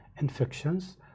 infections